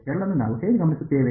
ಎರಡನ್ನು ನಾವು ಹೇಗೆ ಗಮನಿಸುತ್ತೇವೆ